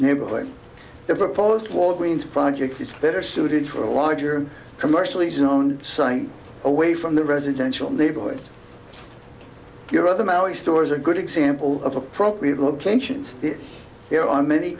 neighborhood the proposed walgreens project is better suited for a larger commercially zoned site away from the residential neighborhood your other malick stores are a good example of appropriate locations there are many